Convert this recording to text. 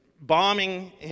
bombing